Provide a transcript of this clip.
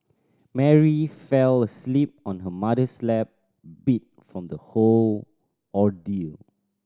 Mary fell asleep on her mother's lap beat from the whole ordeal